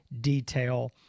detail